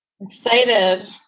excited